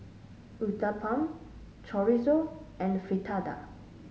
Uthapam Chorizo and Fritada